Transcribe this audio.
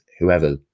Whoever